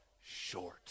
short